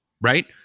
right